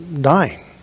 dying